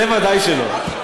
זה ודאי שלא.